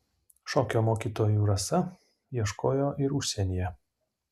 šokio mokytojų rasa ieškojo ir užsienyje